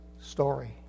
story